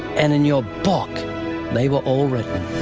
and in your book they were all written.